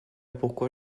pourquoi